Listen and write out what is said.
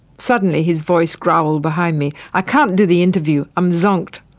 suddenly his voice growled behind me, i can't do the interview, i'm zonked.